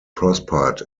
prospered